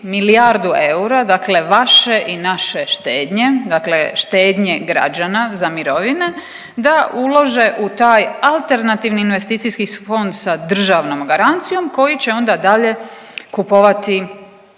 milijardu eura, dakle vaše i naše štednje, dakle štednje građana za mirovine, da ulože u taj alternativni investicijski fond sa državnom garancijom koji će onda dalje kupovati